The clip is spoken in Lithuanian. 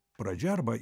pradžia arba